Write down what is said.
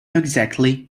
exactly